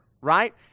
right